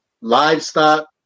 livestock